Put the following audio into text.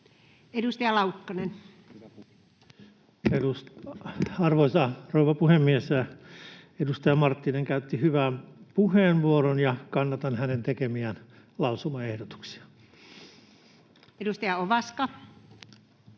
Edustaja Laukkanen. Arvoisa rouva puhemies! Edustaja Marttinen käytti hyvän puheenvuoron, ja kannatan hänen tekemiään lausumaehdotuksia. Edustaja Ovaska.